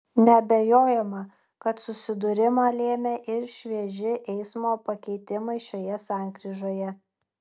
neabejojama kad susidūrimą lėmė ir švieži eismo pakeitimai šioje sankryžoje